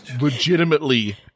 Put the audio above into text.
Legitimately